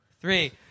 three